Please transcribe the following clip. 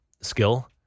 skill